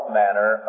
manner